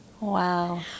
wow